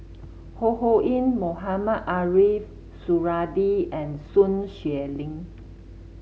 Ho Ho Ying Mohamed Ariff Suradi and Sun Xueling